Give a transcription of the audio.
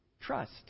trust